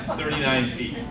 thirty nine feet.